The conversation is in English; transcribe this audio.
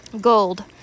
Gold